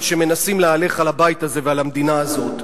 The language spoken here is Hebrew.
שמנסים להלך על הבית הזה ועל המדינה הזאת.